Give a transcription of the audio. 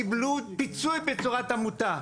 הם קיבלו פיצוי בצורת עמותה..".